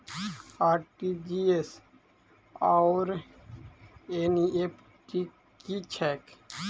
RTGS आओर NEFT की छैक?